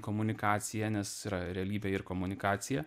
komunikacija nes yra realybėj ir komunikacija